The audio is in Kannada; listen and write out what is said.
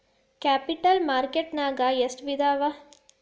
ಕ್ಯಾಪಿಟಲ್ ಮಾರ್ಕೆಟ್ ನ್ಯಾಗ್ ಎಷ್ಟ್ ವಿಧಾಅವ?